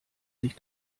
sich